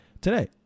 today